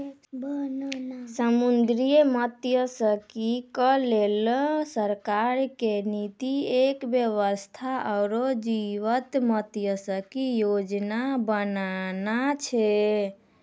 समुद्री मत्सयिकी क लैकॅ सरकार के नीति एक स्वस्थ आरो जीवंत मत्सयिकी योजना बनाना छै